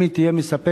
אם היא תהיה מספקת,